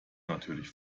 natürlich